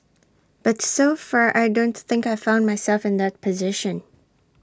but so far I don't think I've found myself in that position